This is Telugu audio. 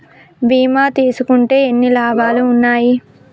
బీమా తీసుకుంటే ఎన్ని లాభాలు ఉన్నాయి?